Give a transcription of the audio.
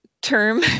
Term